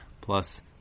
plus